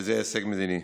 וזה הישג מדיני,